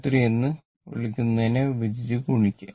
23 എന്ന് വിളിക്കുന്നതിനെ വിഭജിച്ച് ഗുണിക്കുക